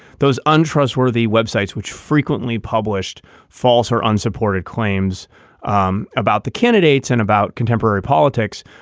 those untrustworthy web sites which frequently published false or unsupported claims um about the candidates and about contemporary politics